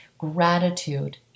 Gratitude